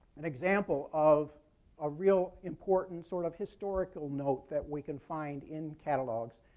an example of a real important sort of historical note that we can find in catalogs.